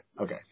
Okay